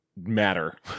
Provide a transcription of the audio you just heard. matter